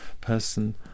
person